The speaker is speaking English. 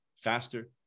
faster